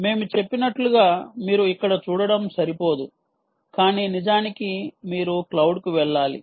మేము చెప్పినట్లుగా మీరు ఇక్కడ చూడటం సరిపోదు కానీ నిజానికి మీరు క్లౌడ్కు వెళ్లాలి